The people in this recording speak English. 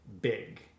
big